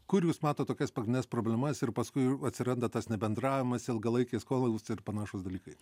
kur jūs matot tokias pagrindines problemas ir paskui atsiranda tas nebendravimas ilgalaikiai skolos ir panašūs dalykai